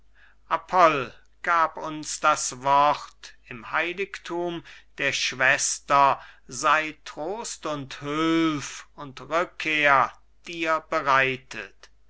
apoll gab uns das wort im heiligthum der schwester sei trost und hülf und rückkehr dir bereitet